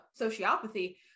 sociopathy